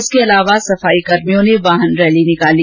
इसके अलावा सफाई कर्मियों ने वाहन रैली निकाली